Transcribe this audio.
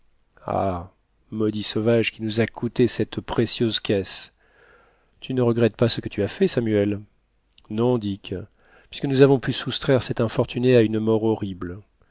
ah maudit sauvage qui nous a coûté cette précieuse caisse tu ne regrettes pas ce que tu as fait samuel non dick puisque nous avons pu soustraire cet infortuné à une mort horrible